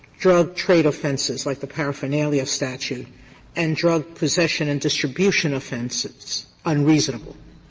drug trade offenses like the paraphernalia statute and drug possession and distribution offenses unreasonable,